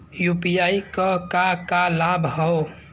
UPI क का का लाभ हव?